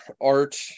art